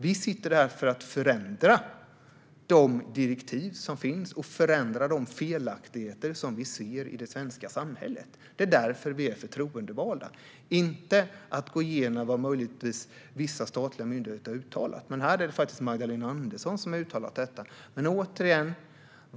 Vi sitter här för att förändra de direktiv som finns och de felaktigheter som vi ser i det svenska samhället. Det är därför vi är förtroendevalda och inte för att gå igenom vad vissa statliga myndigheter möjligtvis har uttalat. Och här är det faktiskt Magdalena Andersson som har uttalat detta.